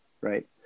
right